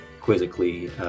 quizzically